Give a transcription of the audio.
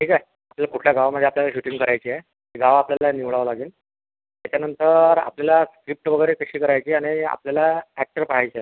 ठीक आहे तुम्ही कुठल्या गावामध्ये आपल्याला शूटिंग करायची आहे ते गाव आपल्याला निवडावं लागेल त्याच्यानंतर आपल्याला स्क्रिप्ट वगैरे कशी करायची आणि आपल्याला अॅक्टर पाहायचे आहे